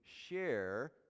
share